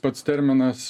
pats terminas